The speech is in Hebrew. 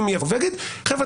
אם יבוא ויגיד חבר'ה,